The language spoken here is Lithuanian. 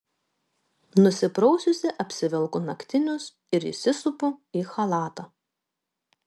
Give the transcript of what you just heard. nusipraususi apsivelku naktinius ir įsisupu į chalatą